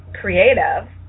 creative